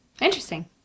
Interesting